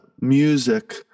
music